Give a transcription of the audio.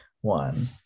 one